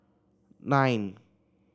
nine